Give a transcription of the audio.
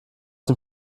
dem